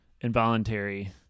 involuntary